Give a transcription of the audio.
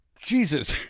Jesus